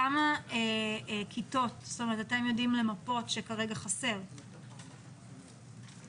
כמה כיתות את יודעים למפות שחסרות כרגע?